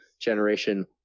Generation